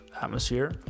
atmosphere